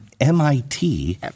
MIT